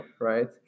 Right